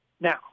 Now